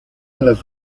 las